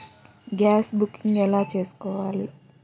Gas booking ఎలా చేసుకోవాలి?